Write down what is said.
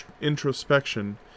introspection